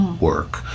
work